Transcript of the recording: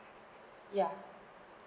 yeah